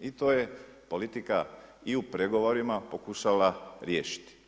i to je politika i u pregovorima pokušala riješiti.